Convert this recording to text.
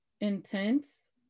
intense